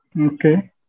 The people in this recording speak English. Okay